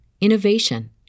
innovation